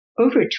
over